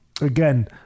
again